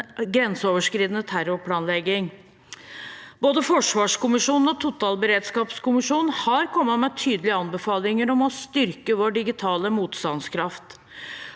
grenseoverskridende terrorplanlegging. Både forsvarskommisjonen og totalberedskapskommisjonen har kommet med tydelige anbefalinger om å styrke vår digitale motstandskraft.